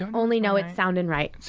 only know it's sounding right.